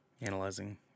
Analyzing